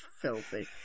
filthy